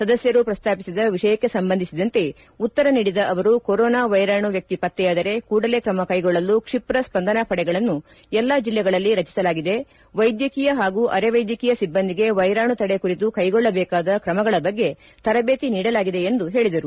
ಸದಸ್ಥರು ಪ್ರಸ್ತಾಪಿಸಿದ ವಿಷಯಕ್ಕೆ ಸಂಬಂಧಿಸಿದಂತೆ ಉತ್ತರ ನೀಡಿದ ಅವರು ಕೊರೊನಾ ವೈರಾಣು ವ್ಯಕ್ತಿ ಪತ್ತೆಯಾದರೆ ಕೂಡಲೇ ಕ್ರಮ ಕೈಗೊಳ್ಳಲು ಕ್ಷಿಪ್ರ ಸ್ಪಂದನಾ ಪಡೆಗಳನ್ನು ಎಲ್ಲಾ ಜಿಲ್ಲೆಗಳಲ್ಲಿ ರಚಿಸಲಾಗಿದೆ ವೈದ್ಯಕೀಯ ಹಾಗೂ ಅರೆ ವೈದ್ಯಕೀಯ ಸಿಬ್ಬಂದಿಗೆ ವೈರಾಣು ತಡೆ ಕುರಿತು ಕೈಗೊಳ್ಳಬೇಕಾದ ಕ್ರಮಗಳ ಬಗ್ಗೆ ತರಬೇತಿ ನೀಡಲಾಗಿದೆ ಎಂದು ಹೇಳಿದರು